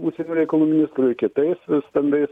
užsienio reikalų ministru ir kitais stambiais